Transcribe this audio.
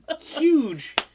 huge